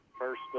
First